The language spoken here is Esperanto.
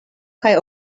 kaj